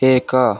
ଏକ